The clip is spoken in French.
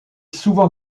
souvent